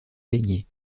gagner